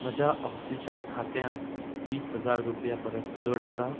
म्हज्या ऑक्सिजन खात्यांत वीस हजार रुपया परस चड आसा